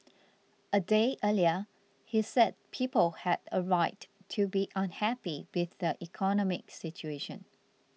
a day earlier he said people had a right to be unhappy with the economic situation